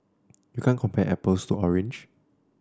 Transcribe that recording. you can't compare apples to orange